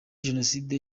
jenoside